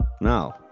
No